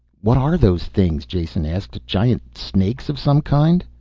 what are those things? jason asked. giant snakes of some kind?